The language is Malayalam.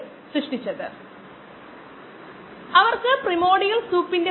നമ്മൾ നിരക്കുകളെക്കുറിച്ചാണ് സംസാരിക്കുന്നതെന്ന് ശ്രദ്ധിക്കുക